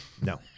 No